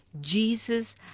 Jesus